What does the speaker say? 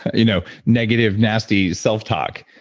you know, negative nasty self-talk,